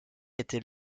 était